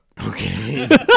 Okay